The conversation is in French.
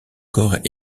corps